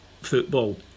football